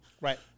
Right